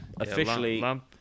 officially